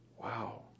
Wow